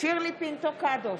שירלי פינטו קדוש,